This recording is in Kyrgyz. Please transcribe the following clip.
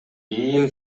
иим